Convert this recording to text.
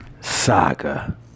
Saga